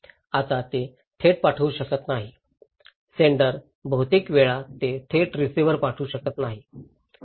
आता ते थेट पाठवू शकत नाहीत सेंडर बहुतेक वेळा ते थेट रिसिव्हर पाठवू शकत नाही